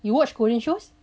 you watch korean shows